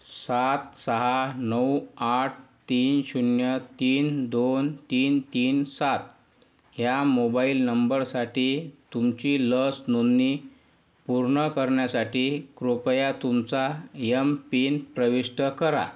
सात सहा नऊ आठ तीन शून्य तीन दोन तीन तीन सात ह्या मोबाईल नंबरसाठी तुमची लस नोंदणी पूर्ण करण्यासाठी कृपया तुमचा यम पिन प्रविष्ट करा